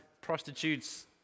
prostitutes